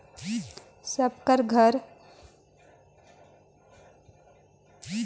सब कर घरे बहना बनले रहें ओही बहना मे अनाज ल नाए के मूसर मे कूटे कर काम होए